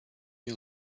you